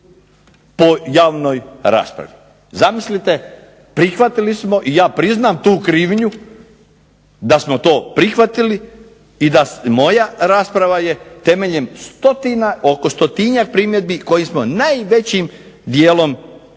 po javnoj raspravi. Zamislite, prihvatili smo i ja priznam tu krivnju da smo to prihvatili i da moja rasprava je temeljem oko stotinjak primjedbi koje smo najvećim dijelom prihvatili.